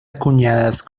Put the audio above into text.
acuñadas